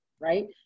right